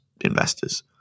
investors